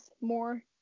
more